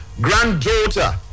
granddaughter